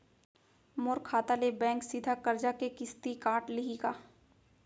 मोर खाता ले बैंक सीधा करजा के किस्ती काट लिही का?